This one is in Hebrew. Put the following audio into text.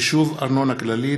(חישוב ארנונה כללית),